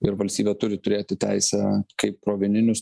ir valstybė turi turėti teisę kaip krovininius